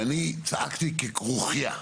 אני צעקתי ככרוכיה.